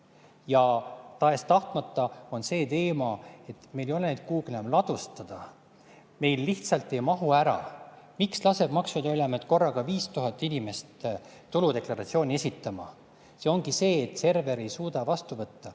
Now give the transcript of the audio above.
Ja tahes-tahtmata on see teema, et meil ei ole neid kuhugi ladustada. Meil lihtsalt ei mahu ära. Miks laseb Maksu- ja Tolliamet korraga 5000 inimest tuludeklaratsiooni esitama? Põhjus ongi see, et server ei suuda [rohkem] vastu võtta.